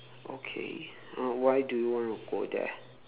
okay uh why do you want to go there